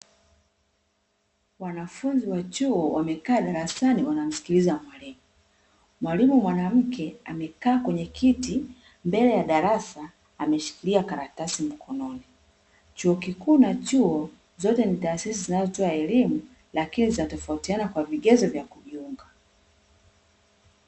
Wanafunzi wa chuo wamekaa darasani wanamsikiliza mwalimu. Mwalimu mwanamke amekaa kwenye kiti mbele ya darasa, ameshikilia karatasi mkononi. Chuo kikuu na chuo, zote ni taasisi zinazotoa elimu, lakini zinatofautiana kwa vigezo vya kujiunga.